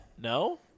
No